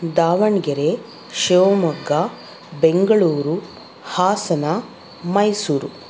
Davanagere Shivamogga Bengaluru Hassan Mysuru